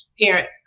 parent